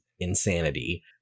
insanity